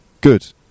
Good